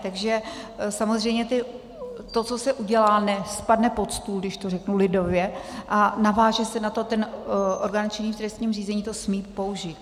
Takže samozřejmě to, co se udělá, nespadne pod stůl, když to řeknu lidově, a naváže se na to, ten orgán činný v trestním řízení to smí použít.